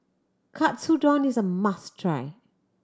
katsudon is a must try